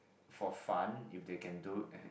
for fun if they can do